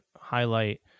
highlight